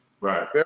Right